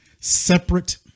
separate